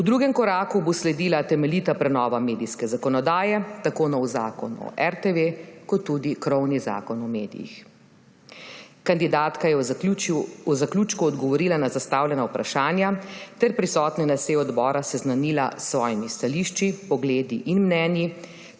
V drugem koraku bo sledila temeljita prenova medijske zakonodaje, tako nov zakon o RTV kot tudi krovni Zakon o medijih. Kandidatka je v zaključku odgovorila na zastavljena vprašanja ter prisotne na seji odbora seznanila s svojimi stališči, pogledi in mnenji